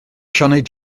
sioned